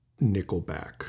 nickelback